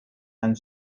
and